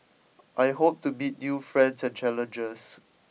I hope to meet new friends and challenges